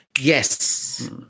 Yes